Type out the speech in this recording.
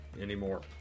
anymore